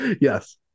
yes